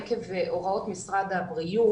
עקב הוראות משרד הבריאות,